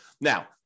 Now